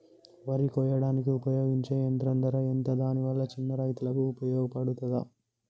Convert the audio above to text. వరి కొయ్యడానికి ఉపయోగించే యంత్రం ధర ఎంత దాని వల్ల చిన్న రైతులకు ఉపయోగపడుతదా?